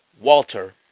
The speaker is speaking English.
Walter